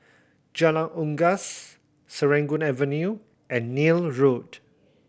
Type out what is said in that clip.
Jalan Unggas Serangoon Avenue and Neil Road